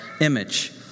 image